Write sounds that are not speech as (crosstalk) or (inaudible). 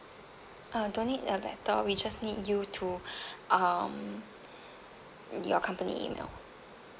uh don't need a letter we just need you to (breath) um your company email